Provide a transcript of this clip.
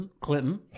Clinton